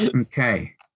Okay